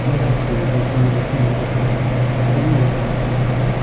mobile फोनको जमाना थिएन त्यतिखेर कमै मात्रमा प्रयोग हुन्थ्यो